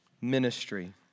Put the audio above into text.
ministry